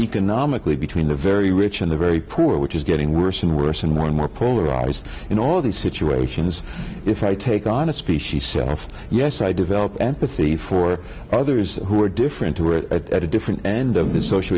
economically between the very rich and the very poor which is getting worse and worse and more and more polarized you know the situation is if i take on a species of yes i develop empathy for others who are different at a different end of the soci